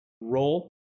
Roll